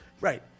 Right